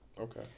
Okay